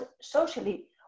socially